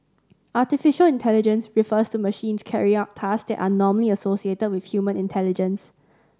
artificial intelligence refers to machines carrying out task that are normally associated with human intelligence